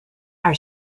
our